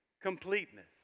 completeness